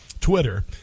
Twitter